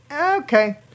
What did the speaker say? Okay